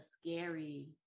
scary